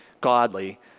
godly